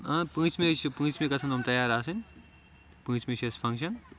پوٗنٛژمے چھُ پوٗنٛژمہِ گَژھَن یِم تَیار آسٕنۍ پوٗنٛژمہِ چھِ اَسہِ فَنٛگشَن